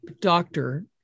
doctor